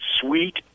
sweet